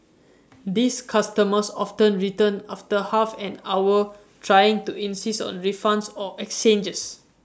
these customers often return after half an hour trying to insist on refunds or exchanges